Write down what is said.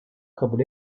kabul